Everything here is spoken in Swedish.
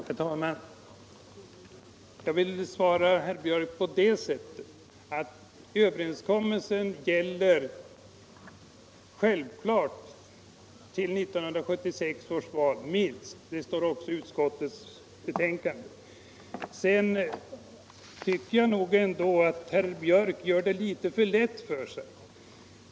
Herr talman! Jag vill svara herr Björck i Nässjö på det sättet, att överenskommelsen självfallet gäller minst fram t.o.m. 1976 års val; det står också i utskottets betänkande. Jag tycker nog ändå att herr Björck gör det litet för lätt för sig.